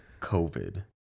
COVID